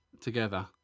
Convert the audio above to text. together